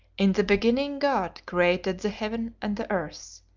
in the beginning god created the heaven and the earth.